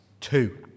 two